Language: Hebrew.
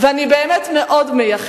ואנחנו, משהזדמן לנו,